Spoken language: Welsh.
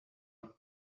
nawr